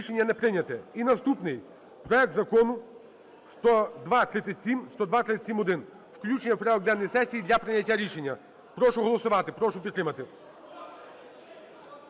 Рішення не прийнято. І наступний. Проект Закону 10237, 10237-1 – включення в порядок денний сесії для прийняття рішення. Прошу голосувати, прошу підтримати.